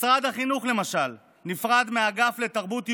משרד החינוך, למשל, נפרד מהאגף לתרבות יהודית,